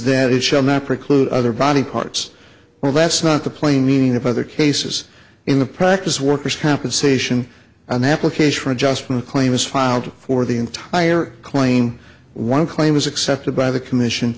that it shall not preclude other body parts or that's not the plain meaning of other cases in the practice worker's compensation an application for adjustment claims filed for the entire claim one claim is accepted by the commission